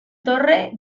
torre